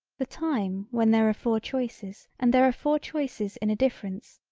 the time when there are four choices and there are four choices in a difference,